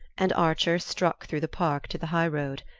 and archer struck through the park to the high-road.